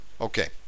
Okay